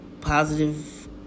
positive